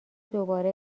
دوباره